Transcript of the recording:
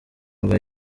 bwa